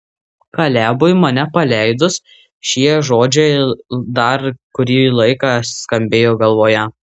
kalebui mane paleidus šie žodžiai dar kurį laiką skambėjo galvoje